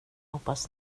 hoppas